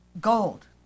gold